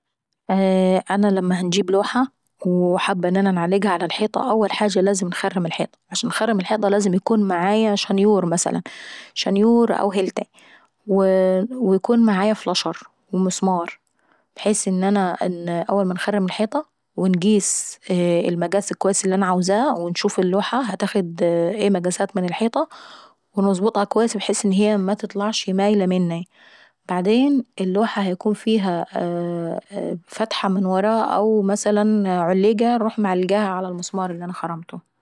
انا لما هنجيب لوحة وحابة انا انعلقها فالاول لازم انخرم الحيطة. وعشان انخرم الحيطة لازم ايكون معاية شانيوور مثلا، شانيووور او هيلتاي. ويكون معاي فلاشر ومسمار ابحيث ان انا اول ما انخرم الحيطة انقيس مقاس الكويس اللي انا عايزاه وانشوف اللوحة هتاخد مكان كد ايه من الحيطة. ونظبطها اكويس ابحيث ان هي متطلعش مايلة مناي. وبعدين اللوحة هيكون فيها فتحة من ورا أو مثلا عليقة انروح انا معلقاها على المسمار اللي انا خرمتله.